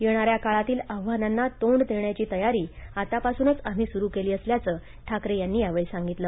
येणाऱ्या काळातील आव्हानांना तोंड देण्याची तयारी आतापासूनच आम्ही सुरु केली असल्याचं ठाकरे यांनी यावेळी सांगितलं